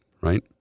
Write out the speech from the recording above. right